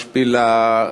משפילה,